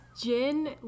gin